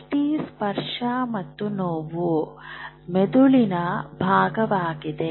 ದೃಷ್ಟಿ ಸ್ಪರ್ಶ ಮತ್ತು ನೋವು ಮೆದುಳಿನ ಭಾಗವಾಗಿದೆ